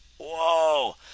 Whoa